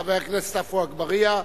חבר הכנסת עפו אגבאריה,